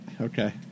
Okay